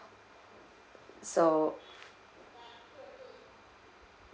so